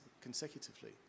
consecutively